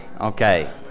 Okay